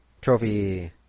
Trophy